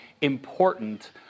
important